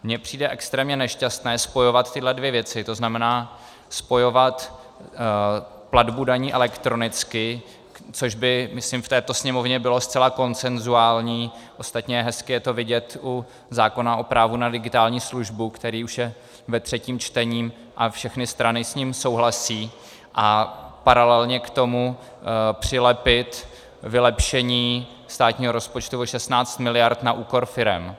Mně přijde extrémně nešťastné spojovat tyhle dvě věci, to znamená spojovat platbu daní elektronicky což by, myslím, v této Sněmovně bylo zcela konsenzuální, ostatně hezky je to vidět u zákona o právu na digitální službu, který už je ve třetím čtení, a všechny strany s ním souhlasí a paralelně k tomu přilepit vylepšení státního rozpočtu o 16 miliard na úkor firem.